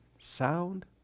sound